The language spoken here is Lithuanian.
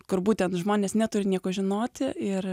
kur būten žmonės neturi nieko žinoti ir